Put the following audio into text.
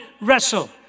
wrestle